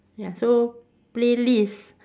ya so playlist